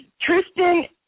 Tristan